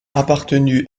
appartenu